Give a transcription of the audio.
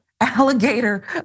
alligator